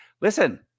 Listen